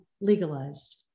legalized